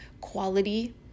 quality